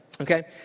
okay